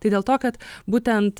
tai dėl to kad būtent